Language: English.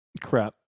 crap